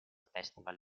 festival